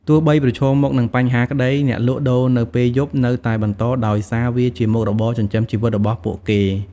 ទោះបីប្រឈមមុខនឹងបញ្ហាក្ដី អ្នកលក់ដូរនៅពេលយប់នៅតែបន្ត ដោយសារវាជាមុខរបរចិញ្ចឹមជីវិតរបស់ពួកគេ។